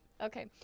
Okay